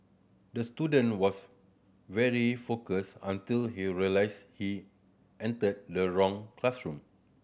the student was very focus until he realised he entered the wrong classroom